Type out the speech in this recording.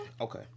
Okay